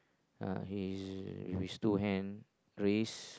uh he is with his two hand raised